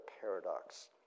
paradox